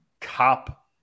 cop